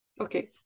okay